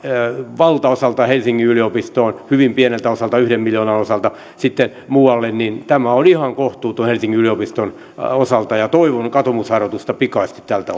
helsingin yliopistoon ja hyvin pieneltä osalta yhden miljoonan osalta sitten muualle on ihan kohtuuton helsingin yliopiston osalta ja toivon katumusharjoitusta pikaisesti tältä